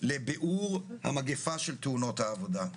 לביאור המגיפה של תאונות העבודה.